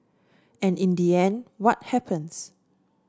and in the end what happens